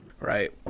Right